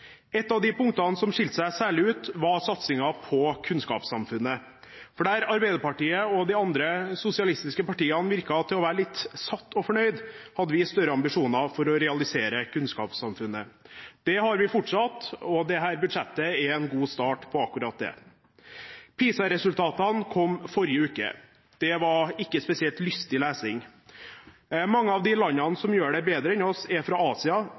Et av de punktene som skilte seg særlig ut, var satsingen på kunnskapssamfunnet. Der Arbeiderpartiet og de andre sosialistiske partiene virket å være litt satt og fornøyd, hadde vi større ambisjoner for å realisere kunnskapssamfunnet. Det har vi fortsatt, og dette budsjettet er en god start på akkurat det. PISA-resultatene kom forrige uke. Det var ikke spesielt lystig lesing. Mange av de landene som gjør det bedre enn oss, er fra Asia.